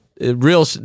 real